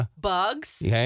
bugs